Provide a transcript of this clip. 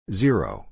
zero